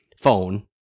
phone